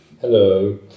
Hello